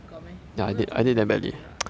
got meh I know your chinese damn bad lah